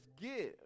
give